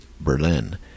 Berlin